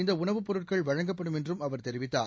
இந்த உணவுப் பொருட்கள் வழங்கப்படும் என்றும் அவர் தெரிவித்தார்